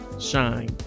shine